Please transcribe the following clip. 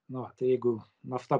nu va jeigu nafta